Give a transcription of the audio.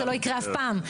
זה לא יקרה אף פעם.